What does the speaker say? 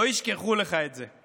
לא ישכחו לך את זה.